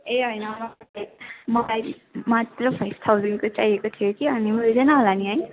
ए होइन मलाई मात्र फाइभ थाउजन्डको चाहिएको थियो कि अनि मिल्दैन होला पनि है